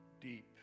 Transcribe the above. Deep